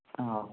ആ ഓക്കേ